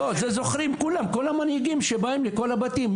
את זה זוכרים כל המנהיגים, שבאים לכל הבתים.